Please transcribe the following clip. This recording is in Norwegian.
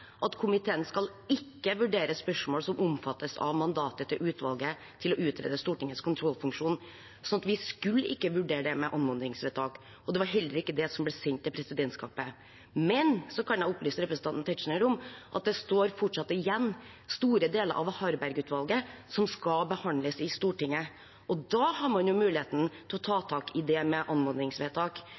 at det ikke lå i mandatet til reglementskomiteen å gå inn på anmodningsvedtak, det lå i mandatet til Harberg-utvalget. Jeg vil sitere fra mandatet til reglementskomiteen: «Komiteen skal ikke vurdere spørsmål som omfattes av mandatet til utvalget til å utrede Stortingets kontrollfunksjon.» – Så vi skulle ikke vurdere anmodningsvedtak. Det var heller ikke det som ble sendt til presidentskapet. Jeg kan opplyse representanten Tetzschner om at det står fortsatt igjen store deler av Harberg-utvalget til behandling i Stortinget. Da har man muligheten til